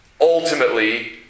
ultimately